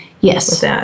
Yes